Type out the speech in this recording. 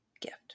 gift